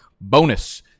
bonus